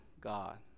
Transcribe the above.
God